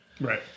Right